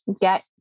get